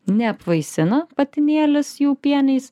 neapvaisina patinėlis jau pieniais